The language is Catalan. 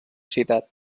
citat